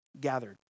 gathered